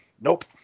nope